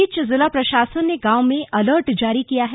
इस बीच जिला प्रशासन ने गांवों में अलर्ट जारी किया है